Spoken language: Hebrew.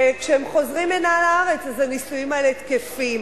כשהם חוזרים לארץ הנישואים האלה תקפים.